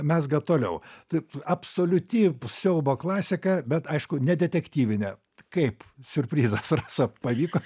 mezga toliau tai absoliuti siaubo klasika bet aišku ne detektyvinė kaip siurprizas rasa pavyko